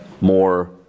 more